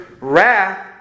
wrath